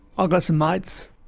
ah got some mates.